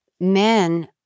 men